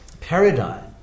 paradigm